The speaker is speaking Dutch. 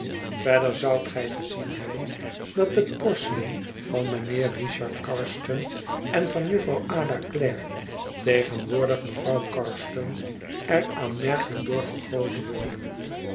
verder zoudt gij gezien hebben dat de portiën van mijnheer richard carstone en van jufvrouw ada clare tegenwoordig mevrouw carstone er aanmerkelijk door vergroot worden